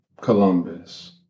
Columbus